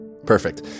Perfect